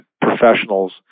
professionals